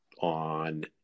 on